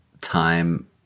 time